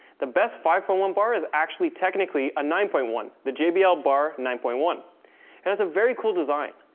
the best five point one bar is actually technically a nine point one, the jbl bar nine point one. it has a very cool design.